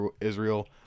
Israel